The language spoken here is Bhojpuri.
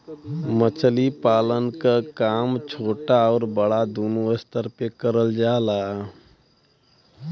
मछली पालन क काम छोटा आउर बड़ा दूनो स्तर पे करल जाला